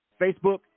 Facebook